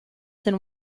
than